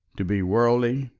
to be worldly,